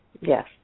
Yes